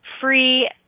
free